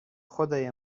خدای